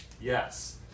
Yes